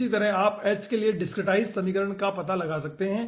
इसी तरह आप h के लिए डिसक्रीटाईजड़ समीकरण का पता लगा सकते हैं